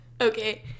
Okay